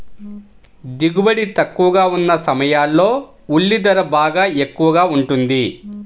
దిగుబడి తక్కువగా ఉన్న సమయాల్లో ఉల్లి ధర బాగా ఎక్కువగా ఉంటుంది